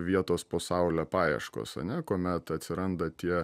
vietos po saule paieškos ane kuomet atsiranda tie